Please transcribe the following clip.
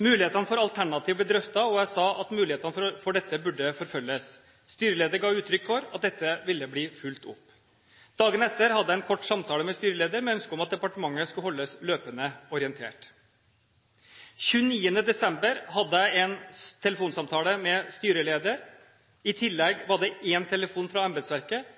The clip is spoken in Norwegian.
Mulighetene for alternativ ble drøftet, og jeg sa at mulighetene for dette burde forfølges. Styreleder ga uttrykk for at dette ville bli fulgt opp. Dagen etter hadde jeg en kort samtale med styreleder, med ønske om at departementet skulle holdes løpende orientert. Den 29. desember hadde jeg en telefonsamtale med styreleder. I tillegg var det én telefon fra